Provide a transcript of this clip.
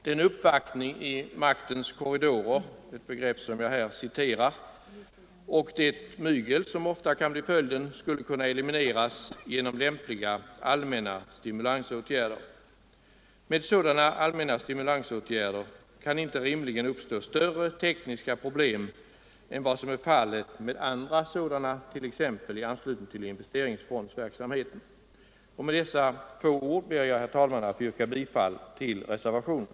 Den uppvaktning i ”maktens korridorer” och det mygel som ofta kan bli följden skulle kunna elimineras genom lämpliga allmänna stimulansåtgärder. Med sådana allmänna stimulansåtgärder kan inte rimligen uppstå större tekniska problem än vad som är fallet med andra sådana, t.ex. i anslutning till investeringsfondsverksamheten. Med dessa få ord ber jag, herr talman, att få yrka bifall till reservationen.